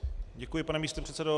Děkuji, pane místopředsedo.